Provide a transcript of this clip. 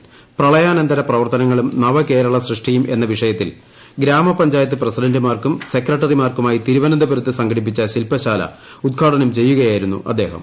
പ്രളയാനന്തര പ്രവർത്തനങ്ങളും നവകേരള സൃഷ്ടിയും എന്ന വിഷയത്തിൽ ഗ്രാമപഞ്ചായത്ത് പ്രസിഡൻറുമാർക്കും സെക്രട്ടറി മാർക്കുമായി തിരുവനന്തപുരത്ത് സംഘടിപ്പിച്ച ശിൽപശാല ഉദ്ഘാടനം ചെയ്യുകയായിരുന്നു അദ്ദേഹം